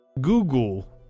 Google